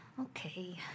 Okay